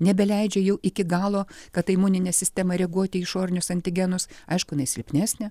nebeleidžia jų iki galo kad ta imuninė sistema reaguoti į išorinius antigenus aišku jinai silpnesnė